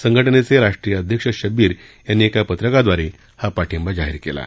संघटनेचे राष्ट्रीय अध्यक्ष शब्बीर यांनी एका पत्रकाद्वारे हा पाठिंबा जाहीर केला आहे